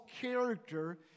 character